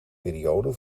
periode